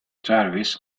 jarvis